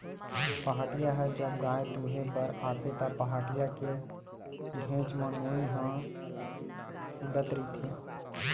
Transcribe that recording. पहाटिया ह जब गाय दुहें बर आथे त, पहाटिया के घेंच म नोई ह छूलत रहिथे